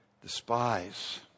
despise